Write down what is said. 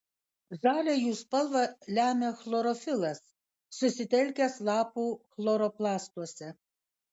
žalią jų spalvą lemia chlorofilas susitelkęs lapų chloroplastuose